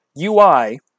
UI